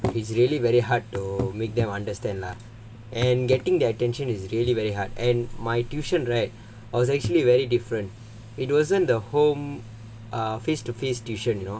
is really very hard to make them understand lah and getting their attention is really very hard and my tuition right I was actually very different it wasn't the home err face to face tuition you know